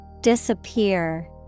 Disappear